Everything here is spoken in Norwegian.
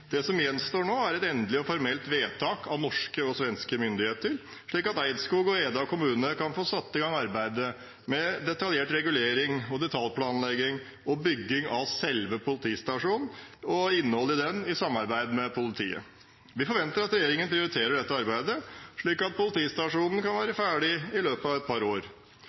Det som gjenstår nå, er et endelig og formelt vedtak av norske og svenske myndigheter, slik at Eidskog kommune og Eda kommune kan få satt i gang arbeidet med detaljert regulering, detaljplanlegging og byggingen av selve politistasjonen og innholdet i den, i samarbeid med politiet. Vi forventer at regjeringen prioriterer dette arbeidet, slik at politistasjonen kan være ferdig i løpet av et par år.